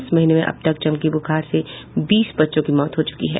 इस महीने में अब तक चमकी ब्रखार से बीस बच्चों की मौत हो चूकी है